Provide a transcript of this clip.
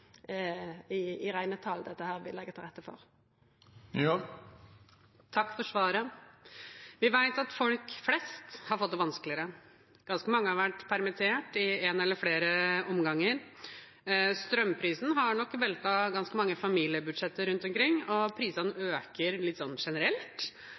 dette vil leggja til rette for. Vi vet at folk flest har fått det vanskeligere. Ganske mange har vært permittert i en eller flere omganger. Strømprisen har nok veltet ganske mange familiebudsjetter rundt omkring. Prisene øker litt generelt, og